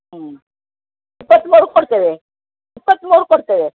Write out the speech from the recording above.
ಹ್ಞೂ ಇಪ್ಪತ್ಮೂರಕ್ಕೆ ಕೊಡ್ತೇವೆ ಇಪ್ಪತ್ಮೂರು ಕೊಡ್ತೇವೆ